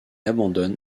abandonne